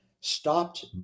stopped